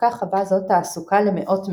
סיפקה חווה זו תעסוקה למאות מהן.